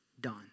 done